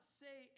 say